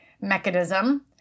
mechanism